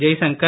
Jaishankar